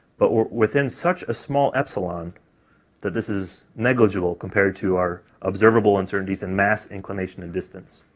but we're within such a small epsilon that this is negligible compared to our observable uncertainties and mass inclination and distance.